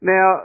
Now